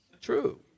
True